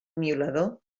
miolador